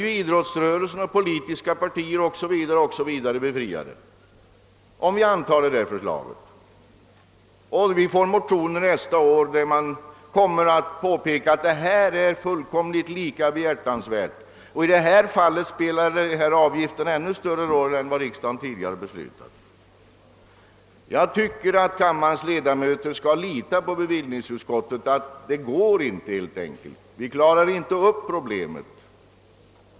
Därmed skall idrottsrörelsen, politiska partier o.s.v. också befrias, och vi får nästa år motioner där det påpekas, att andra ändamål är lika behjärtansvärda och att avgiften i de fallen spelar en ännu större roll. Jag tycker att kammarens ledamöter bör lita på bevillningsutskottet när det uttalar att vi inte kan klara upp detta problem.